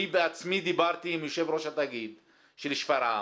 אני בעצמי דיברתי עם יושב-ראש התאגיד של שפרעם